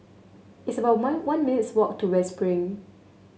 it's about one one minutes' walk to West Spring